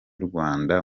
rwanda